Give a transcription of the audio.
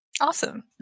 Awesome